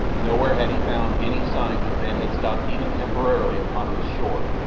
nowhere had he found any sign that men had stopped even temporarily upon this shore,